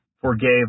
forgave